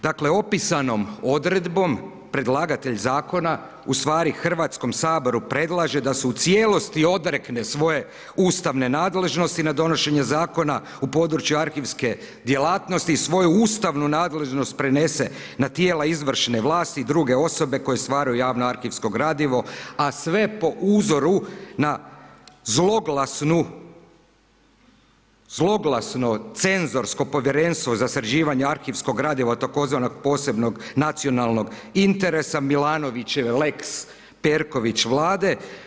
Dakle, opisanom odredbom predlagatelj zakona, u stvari Hrvatskom saboru predlaže da se u cijelosti odrekne svoje ustavne nadležnosti na donošenje zakona u području arhivske djelatnosti i svoju ustavnu nadležnost prenese na tijela izvršne vlasti i druge osobe koje stvaraju javno arhivsko gradivo, a sve po uzoru na zloglasno cenzorsko Povjerenstvo za sređivanje arhivskog gradiva tzv. posebnog nacionalnog interesa Milanovićeve lex Perković Vlade.